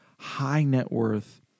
high-net-worth